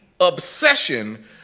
obsession